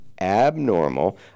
abnormal